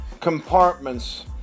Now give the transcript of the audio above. compartments